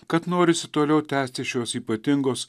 kad norisi toliau tęsti šios ypatingos